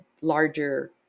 larger